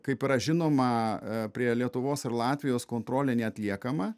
kaip yra žinoma prie lietuvos ir latvijos kontrolė neatliekama